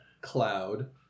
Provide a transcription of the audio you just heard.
Cloud